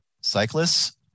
cyclists